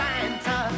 Santa